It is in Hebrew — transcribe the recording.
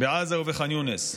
בעזה ובח'אן יונס.